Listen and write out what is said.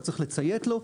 אתה צריך לציית לו,